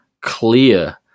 clear